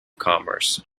commerce